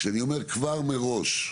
כשאני אומר כבר מראש,